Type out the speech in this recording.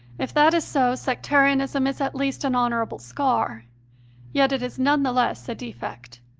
if that is so, sectari anism is at least an honourable scar yet it is none the less a defect.